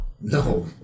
no